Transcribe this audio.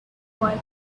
boy